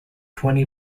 twenty